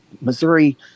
Missouri